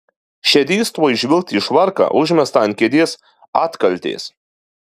šedys tuoj žvilgt į švarką užmestą ant kėdės atkaltės